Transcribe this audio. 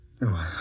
no